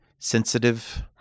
Sensitive